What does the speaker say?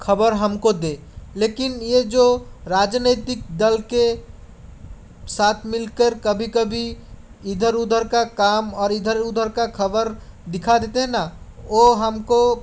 खबर हमको दे लेकिन ये जो राजनीतिक दल के साथ मिलकर कभी कभी इधर उधर का काम और इधर उधर का खबर दिखा देतें है ना वो हमको